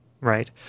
right